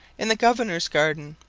in the governor's garden,